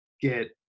get